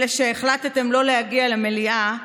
שהחלטתם לא להגיע למליאה,